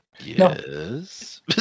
Yes